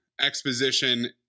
exposition